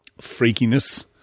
freakiness